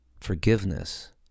forgiveness